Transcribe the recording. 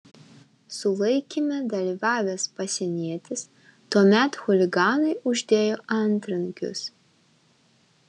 sulaikyme dalyvavęs pasienietis tuomet chuliganui uždėjo antrankius